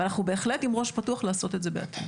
אנחנו בהחלט עם ראש פתוח לעשות את זה בעתיד.